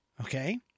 okay